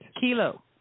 Kilo